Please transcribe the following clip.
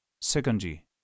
Secondly